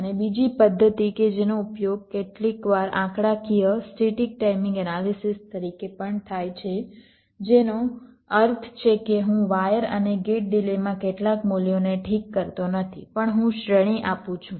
અને બીજી પદ્ધતિ કે જેનો ઉપયોગ કેટલીકવાર આંકડાકીય સ્ટેટિક ટાઈમિંગ એનાલિસિસ તરીકે પણ થાય છે જેનો અર્થ છે કે હું વાયર અને ગેટ ડિલેમાં કેટલાક મૂલ્યોને ઠીક કરતો નથી પણ હું શ્રેણી આપું છું